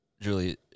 Julie